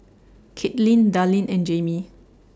Caitlin Darleen and Jaime